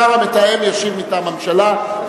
השר המתאם ישיב מטעם הממשלה.